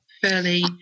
fairly